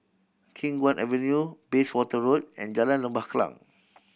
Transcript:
Khiang Guan Avenue Bayswater Road and Jalan Lembah Kallang